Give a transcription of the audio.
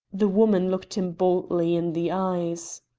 the woman looked him boldly in the eyes.